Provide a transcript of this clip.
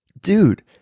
dude